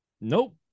nope